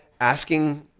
asking